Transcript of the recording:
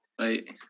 right